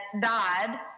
died